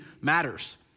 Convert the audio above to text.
matters